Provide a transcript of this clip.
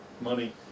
money